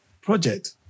project